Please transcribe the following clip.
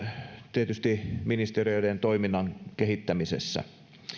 tietysti ministeriöiden toiminnan kehittämisessä